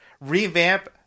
revamp